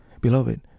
Beloved